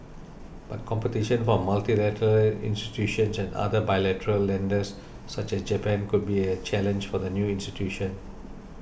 but competition from multilateral institutions and other bilateral lenders such as Japan could be challenge for the new institution